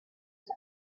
ask